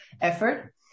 effort